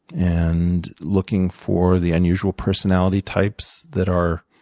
and looking for the unusual personality types that are